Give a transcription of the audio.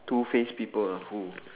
two faced people and who